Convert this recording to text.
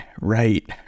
right